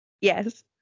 Yes